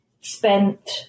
spent